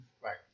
right